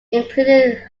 included